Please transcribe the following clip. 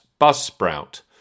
Buzzsprout